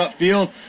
upfield